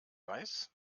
reis